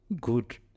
good